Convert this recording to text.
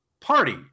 party